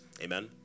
Amen